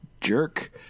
jerk